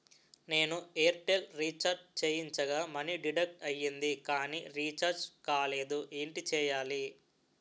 నేను Airtel recharge చేయించగా money deduct అయ్యింది కానీ రీఛార్జ్ కాలేదు ఏంటి చేయాలి?